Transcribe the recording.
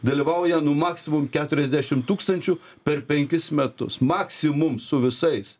dalyvauja nu maksimum keturiasdešim tūkstančių per penkis metus maksimum su visais